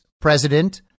president